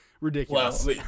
ridiculous